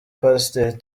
pasiteri